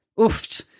oof